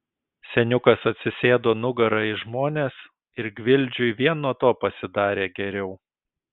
seniukas atsisėdo nugara į žmones ir gvildžiui vien nuo to pasidarė geriau